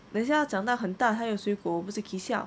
等下长到很大还有水果我不是 kee siao